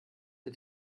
der